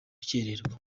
gukererwa